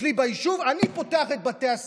אצלי ביישוב אני פותח את בתי הספר.